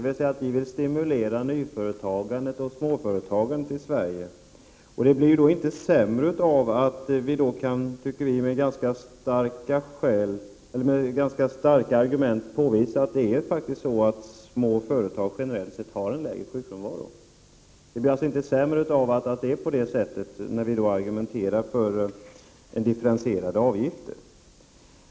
Vi vill stimulera nyföretagande och småföretagande i Sverige. Det blir inte sämre av att vi med ganska starka argument kan påvisa att små företag generellt sett har en lägre sjukfrånvaro. Det blir alltså inte sämre av att det är så, när vi nu argumenterar för differentierade avgifter.